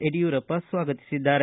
ಯಡಿಯೂರಪ್ಪ ಸ್ವಾಗತಿಸಿದ್ದಾರೆ